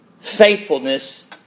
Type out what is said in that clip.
faithfulness